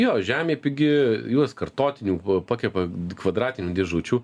jo žemė pigi juos kartotinių pakepa kvadratinių dėžučių